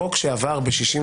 חוק שעבר ב-61,